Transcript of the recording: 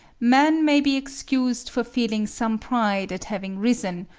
man may be excused for feeling some pride at having risen,